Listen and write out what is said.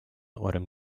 eurem